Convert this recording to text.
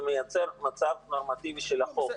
זה מייצר מצב נורמטיבי של החוק.